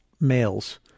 males